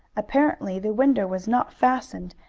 apparently, the window was not fastened,